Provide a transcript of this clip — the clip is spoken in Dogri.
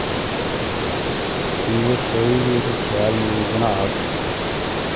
की के कोई बी जेह्की शैल मूवी बनाग